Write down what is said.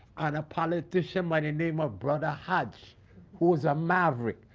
and a politician by the name of brother hodge who is a maverick,